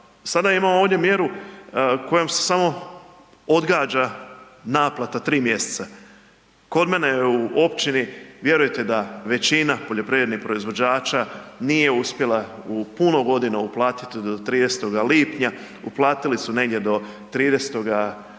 Sada imamo ovdje mjeru kojom se samo odgađa naplata 3 mjeseca. Kod mene u općini vjerujte da većina poljoprivrednih proizvođača nije uspjela u puno godina uplatiti do 30. lipnja, uplatiti su negdje do 30. rujna,